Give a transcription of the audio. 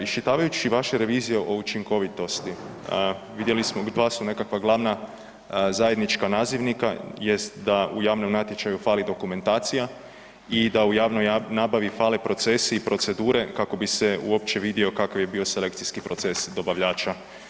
Iščitavajući vaše revizije o učinkovitosti, vidjeli smo dva su nekakva glavna zajednička nazivnika, jest da u javnom natječaju fali dokumentacija i da u javnom nabavi fali procesi i procedure kako bi se uopće vidio kakav je bio selekcijski proces dobavljača.